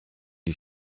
die